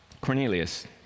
Cornelius